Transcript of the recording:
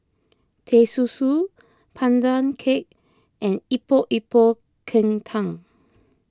Teh Susu Pandan Cake and Epok Epok Kentang